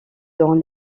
dans